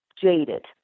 jaded